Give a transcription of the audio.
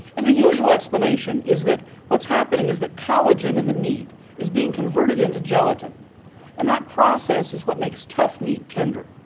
and the usual explanation is that what's happening is the collagen in the meat is being converted into gelatin and that process is what makes tough meat tender.